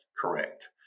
correct